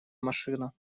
машина